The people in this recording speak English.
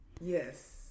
Yes